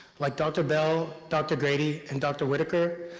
like dr. bell dr. grady, and dr. whitaker,